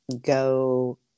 go